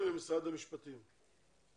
ממשרד המשפטים.